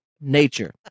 nature